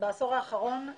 בעשור האחרון,